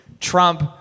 Trump